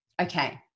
Okay